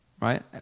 right